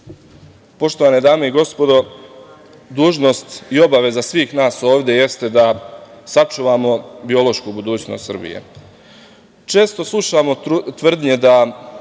dame i gospodo, dužnost i obaveza svih nas ovde jeste da sačuvamo biološku budućnost Srbije. Često slušamo tvrdnje da